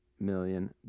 million